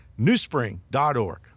newspring.org